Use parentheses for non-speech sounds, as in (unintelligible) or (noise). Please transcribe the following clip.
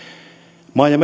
maa ja (unintelligible)